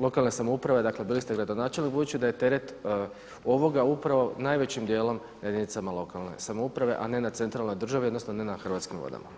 lokalne samouprave, dakle bili ste gradonačelnik, budući da je teret ovoga upravo najvećim dijelom na jedinicama lokalne samouprave, a ne na centralnoj državi odnosno ne na Hrvatskim vodama.